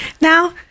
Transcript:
now